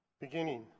beginning